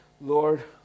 Lord